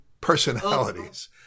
personalities